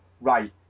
Right